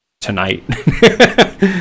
tonight